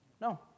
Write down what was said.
No